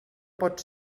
pot